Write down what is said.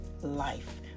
life